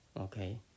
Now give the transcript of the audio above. okay